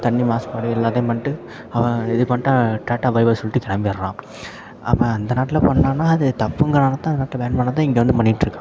தண்ணி மாசுபாடு எல்லாத்தையும் பண்ணிட்டு அவன் இது பண்ணிட்டு டாட்டா பாய் பாய் சொல்லிட்டு கிளம்பிட்றான் அப்போ அந்த நாட்டில் பண்ணலான்னா அது தப்புங்கிறனால தான் அந்த நாட்டில் பேன் பண்ணதை இங்கே வந்து பண்ணிகிட்டு இருக்கான்